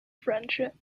friendship